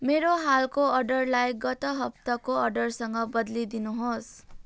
मेरो हालको अर्डरलाई गत हप्ताको अर्डरसँग बदलिदिनुहोस्